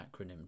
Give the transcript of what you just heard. acronym